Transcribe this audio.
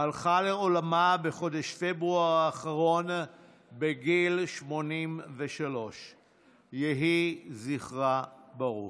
הלכה לעולמה בחודש פברואר האחרון בגיל 83. יהי זכרה ברוך.